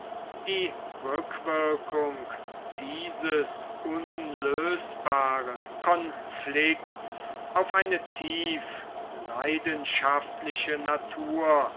die rückwirkung dieses unlösbaren konflikts auf eine tief leidenschaftliche natur